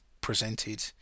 presented